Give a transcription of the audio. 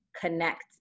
connect